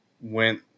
went